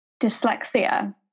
dyslexia